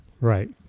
Right